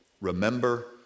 Remember